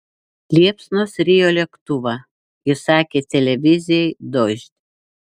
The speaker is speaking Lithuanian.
liepsnos rijo lėktuvą ji sakė televizijai dožd